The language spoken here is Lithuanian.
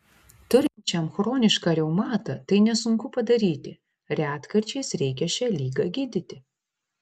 turinčiam chronišką reumatą tai nesunku padaryti retkarčiais reikia šią ligą gydyti